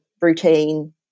routine